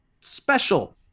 special